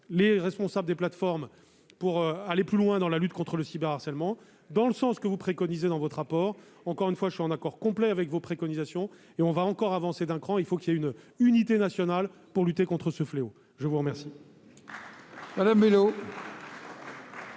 les responsables des plateformes pour aller plus loin dans la lutte contre le cyberharcèlement- dans le sens que vous préconisez dans votre rapport. Je le répète, je suis en accord complet avec vos préconisations, et nous avancerons encore d'un cran dans ce sens. Il faut une unité nationale pour lutter contre ce fléau. La parole